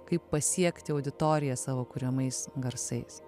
kaip pasiekti auditoriją savo kuriamais garsais